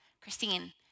Christine